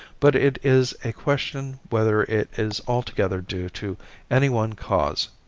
but it is a question whether it is altogether due to any one cause.